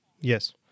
Yes